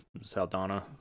Saldana